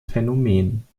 phänomen